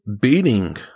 beating